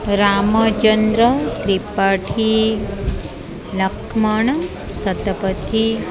Ramachandra Tripathi Lakshman Satapathy